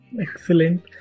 Excellent